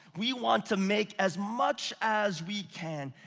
we want to make as much as we can,